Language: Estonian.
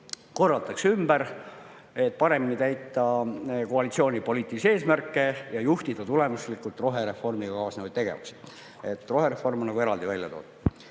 korraldatakse ümber, et paremini täita koalitsiooni poliitilisi eesmärke ja juhtida tulemuslikult rohereformiga kaasnevaid tegevusi. Rohereform on eraldi välja toodud.